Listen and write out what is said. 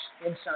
inside